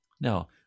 Now